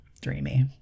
Dreamy